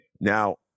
Now